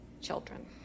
children